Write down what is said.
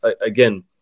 again